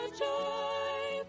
joy